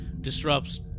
disrupts